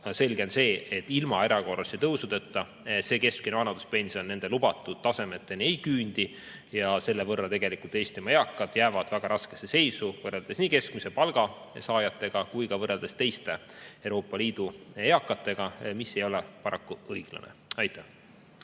selge on see, et ilma erakorraliste tõusudeta keskmine vanaduspension nende lubatud tasemeteni ei küüni ja seetõttu jäävad Eesti eakad väga raskesse seisu võrreldes nii keskmise palga saajatega kui ka võrreldes teiste Euroopa Liidu eakatega, mis ei ole paraku õiglane. Aitäh!